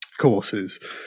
courses